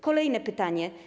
Kolejne pytanie.